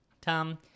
Tom